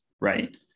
right